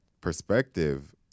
perspective